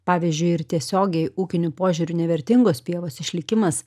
pavyzdžiui ir tiesiogiai ūkiniu požiūriu nevertingos pievos išlikimas